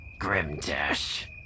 Grimdash